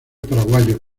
paraguayos